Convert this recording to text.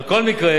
על כל מקרה,